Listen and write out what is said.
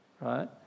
Right